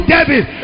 David